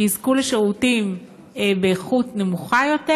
שיזכו לשירותים באיכות נמוכה יותר?